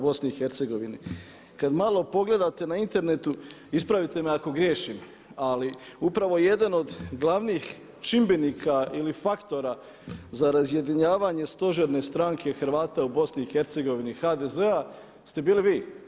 Kad malo pogledate na internetu, ispravite me ako griješim, ali upravo jedan od glavnih čimbenika ili faktora za razjedinjavanje stožerne stranke Hrvata u BiH HDZ-a ste bili vi.